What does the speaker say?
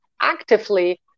actively